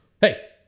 Hey